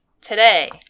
today